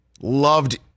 Loved